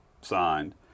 signed